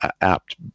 apt